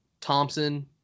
thompson